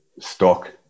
stock